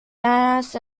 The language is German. dass